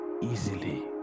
easily